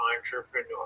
entrepreneur